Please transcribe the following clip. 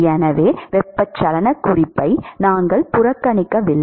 எனவே வெப்பச்சலனக் குறிப்பை நாங்கள் புறக்கணிக்கவில்லை